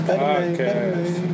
podcast